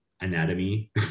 anatomy